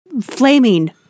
flaming